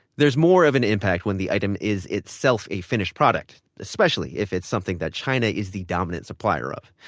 there's more of an impact when the item is itself a finished product, especially if it's something that china is the dominant supplier of.